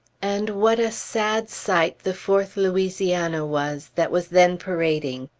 and what a sad sight the fourth louisiana was, that was then parading!